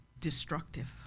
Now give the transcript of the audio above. destructive